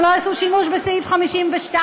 אם לא יעשו שימוש בסעיף 52,